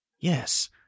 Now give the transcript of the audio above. Yes